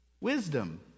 Wisdom